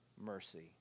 mercy